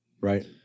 right